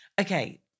Okay